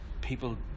people